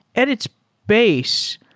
at its base,